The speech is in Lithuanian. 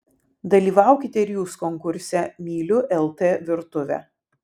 dalyvaukite ir jūs konkurse myliu lt virtuvę